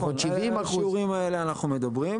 יכול להיות 70%. על האישורים האלה אנחנו מדברים.